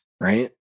right